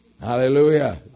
Hallelujah